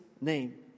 name